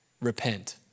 repent